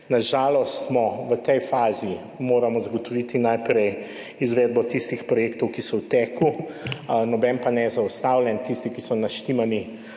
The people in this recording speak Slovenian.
Na žalost moramo v tej fazi zagotoviti najprej izvedbo tistih projektov, ki so v teku, noben pa ni zaustavljen, tisti, ki so